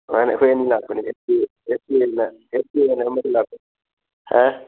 ꯃꯥꯅꯦ ꯑꯩꯈꯣꯏ ꯑꯅꯤ ꯂꯥꯛꯄꯅꯦ ꯍꯥ